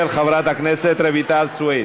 של חברת הכנסת רויטל סויד